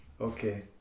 Okay